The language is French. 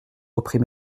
reprit